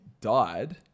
died